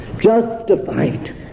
Justified